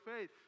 faith